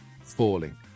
Falling